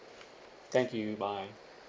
thank you bye